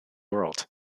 world